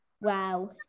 Wow